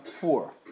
poor